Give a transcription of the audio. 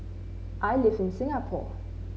I live in Singapore